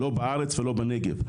לא בארץ ולא בנגב,